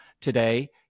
today